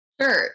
Sure